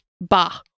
bah